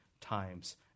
times